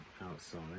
outside